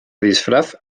disfraz